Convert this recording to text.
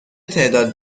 تعداد